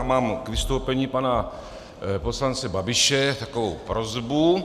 Mám k vystoupení pana poslance Babiše takovou prosbu.